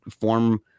form